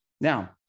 Now